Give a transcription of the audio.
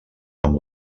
amb